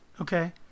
okay